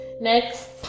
next